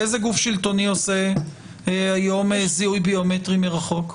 איזה גוף שלטוני עושה היום זיהוי ביומטרי מרחוק?